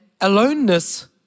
aloneness